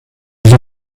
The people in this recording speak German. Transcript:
wie